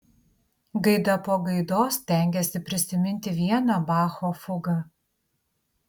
gaida po gaidos stengėsi prisiminti vieną bacho fugą